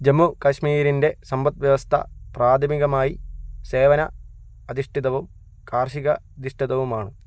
ജമ്മു കാശ്മീരിൻ്റെ സമ്പദ്വ്യവസ്ഥ പ്രാഥമികമായി സേവന അധിഷ്ഠിതവും കാർഷിക അധിഷ്ഠിതവുമാണ്